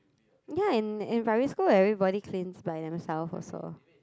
ya in in primary school everybody cleans by themself also